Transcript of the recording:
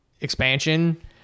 expansion